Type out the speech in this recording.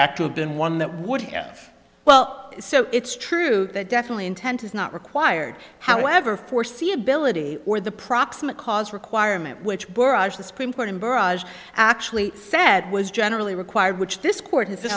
have been one that would have well so it's true that definitely intent is not required however foreseeability or the proximate cause requirement which barrage the supreme court in barrage actually said was generally required which this court